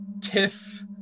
tiff